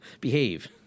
Behave